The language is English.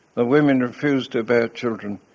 the women refused to bear children,